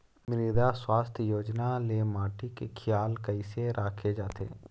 मृदा सुवास्थ योजना ले माटी के खियाल कइसे राखे जाथे?